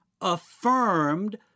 affirmed